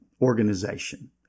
organization